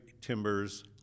timbers